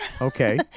Okay